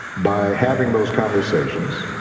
by having those conversations,